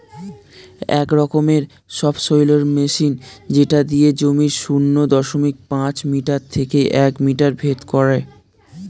এক রকমের সবসৈলের মেশিন যেটা দিয়ে জমির শূন্য দশমিক পাঁচ মিটার থেকে এক মিটার ভেদ করে